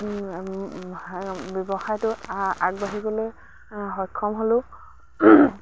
ব্যৱসায়টো আগবাঢ়িবলৈ সক্ষম হ'লেও